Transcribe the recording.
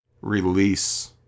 release